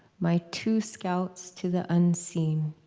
my two scouts to the unseen.